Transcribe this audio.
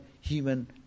human